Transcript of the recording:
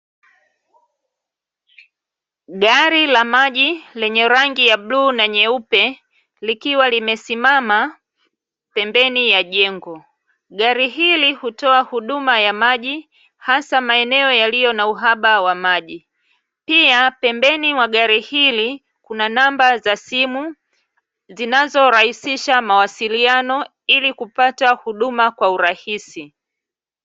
Gari la maji lenye rangi ya bluu na nyeupe likiwa limesimama pembeni ya jengo, gari hili hutoa huduma ya maji hasa maeneo yaliyo na uhaba wa maji pia pembeni mwa gari hili kuna namba za simu zinazorahisisha mawasiliano ili kupata huduma kwa urahisi .